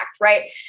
right